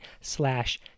slash